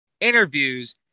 interviews